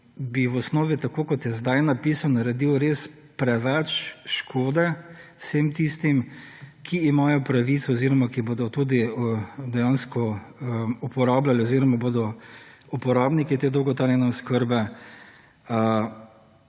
bi v osnovi tako, kot je zdaj napisan, naredil res preveč škode vsem tistim, ki imajo pravico oziroma ki bodo tudi dejansko uporabljali oziroma bodo uporabniki te dolgotrajne oskrbe.